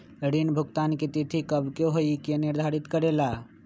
ऋण भुगतान की तिथि कव के होई इ के निर्धारित करेला?